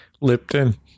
Lipton